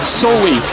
solely